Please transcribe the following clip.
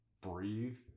breathe